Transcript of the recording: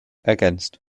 ergänzt